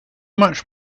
much